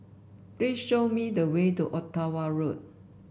please show me the way to Ottawa Road